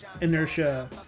Inertia